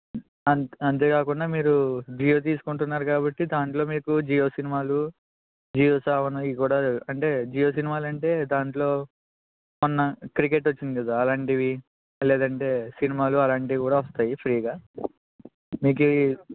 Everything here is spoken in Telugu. అం అంతే కాకుండా మీరు జియో తీసుకుంటున్నారు కాబట్టి దాంట్లో మీకు జియో సినిమాలు జియో సావన్ ఇవి కూడా అంటే జియో సినిమాలు అంటే దాంట్లో మొన్న క్రికెట్ వచ్చింది కదా అలాంటివి లేదంటే సినిమాలు అలాంటివి కూడా వస్తాయి ఫ్రీగా మీకు ఈ